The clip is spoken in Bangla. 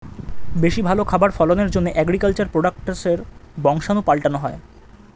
বেশি ভালো খাবার ফলনের জন্যে এগ্রিকালচার প্রোডাক্টসের বংশাণু পাল্টানো হয়